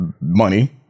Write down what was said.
money